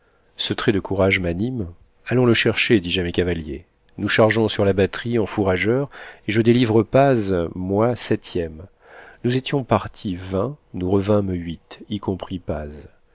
ce trait de courage m'anime allons le chercher dis-je à mes cavaliers nous chargeons sur la batterie en fourrageurs et je délivre paz moi septième nous étions partis vingt nous revînmes huit y compris